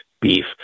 beef